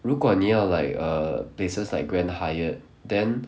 如果你要 like err places like Grand Hyatt then